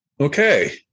Okay